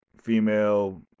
female